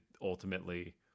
ultimately